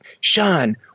Sean